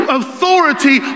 authority